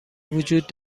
وجود